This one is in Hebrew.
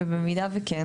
ובמידה וכן,